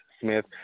Smith